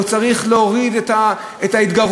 או צריך להוריד את ההתגרות,